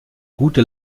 gute